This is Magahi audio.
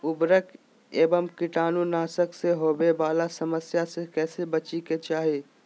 उर्वरक एवं कीटाणु नाशक से होवे वाला समस्या से कैसै बची के चाहि?